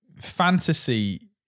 fantasy